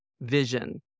vision